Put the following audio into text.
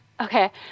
Okay